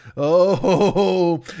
Oh